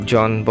John